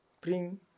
Bring